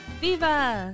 ¡Viva